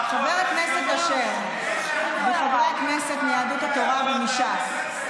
חבר הכנסת אשר וחברי הכנסת מיהדות התורה ומש"ס,